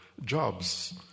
jobs